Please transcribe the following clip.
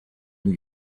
new